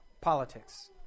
politics